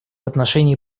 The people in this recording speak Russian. отношении